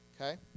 Okay